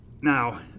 Now